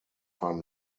van